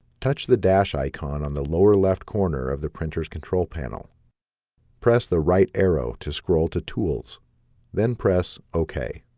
touch the dash icon on the lower left corner of the printers control panel press the right arrow to scroll to tools then press ok